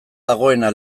dagoena